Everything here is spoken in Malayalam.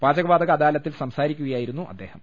പാചകവാതക അദാലത്തിൽ സംസാരിക്കുകയായിരുന്നു അദ്ദേഹം